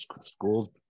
school's